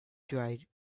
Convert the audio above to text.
dried